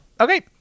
Okay